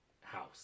house